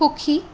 সুখী